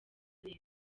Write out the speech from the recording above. neza